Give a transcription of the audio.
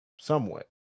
somewhat